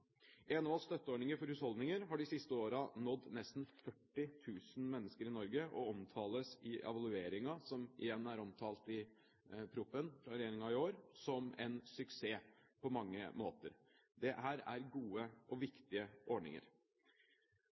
Enovas støtteordninger for husholdninger har de siste årene nådd nesten 40 000 mennesker i Norge og omtales i evalueringen – som igjen er omtalt i proposisjonen fra regjeringen i år – som en suksess på mange måter. Dette er gode og viktige ordninger.